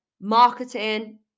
marketing